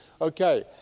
Okay